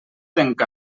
tenc